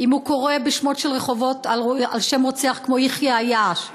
אם היא קוראת שמות רחובות על שם רוצח כמו יחיא עיאש,